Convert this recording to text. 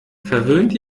verwöhnt